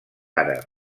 àrab